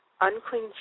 Unclean